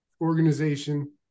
organization